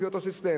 לפי אותו סיסטם.